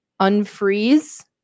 unfreeze